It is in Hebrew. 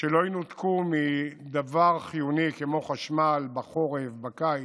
שלא ינותקו מדבר חיוני כמו חשמל בחורף ובקיץ,